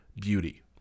beauty